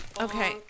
Okay